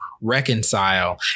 reconcile